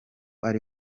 ari